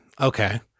okay